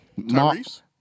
Tyrese